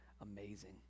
amazing